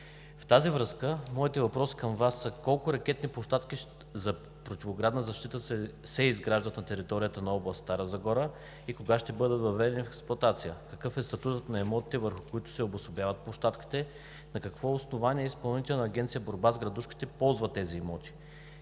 В тази връзка моите въпроси към Вас са: колко ракетни площадки за противоградна защита се изграждат на територията на област Стара Загора и кога ще бъдат въведени в експлоатация? Какъв е статутът на имотите, върху които се обособяват площадките? На какво основание Изпълнителна агенция „Борба с градушките“ ползва тези имоти?